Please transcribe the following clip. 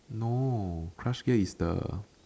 no crush gear is the